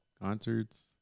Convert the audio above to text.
Concerts